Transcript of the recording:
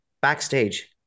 backstage